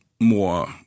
more